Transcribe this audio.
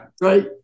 Right